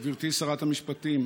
גברתי שרת המשפטים,